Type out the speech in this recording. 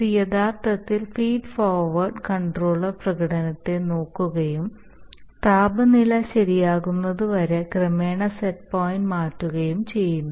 ഇത് യഥാർത്ഥത്തിൽ feed forward control പ്രകടനത്തെ നോക്കുകയും താപനില ശരിയാകുന്നതുവരെ ക്രമേണ സെറ്റ് പോയിൻറ് മാറ്റുകയും ചെയ്യുന്നു